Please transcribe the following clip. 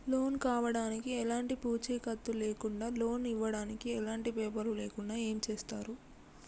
Loan కావడానికి ఎలాంటి పూచీకత్తు లేకుండా లోన్ ఇవ్వడానికి ఎలాంటి పేపర్లు లేకుండా ఏం చేస్తారు?